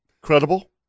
Credible